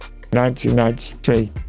1993